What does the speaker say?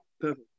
perfect